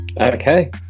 okay